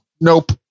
Nope